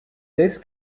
this